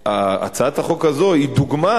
והצעת החוק הזאת היא דוגמה,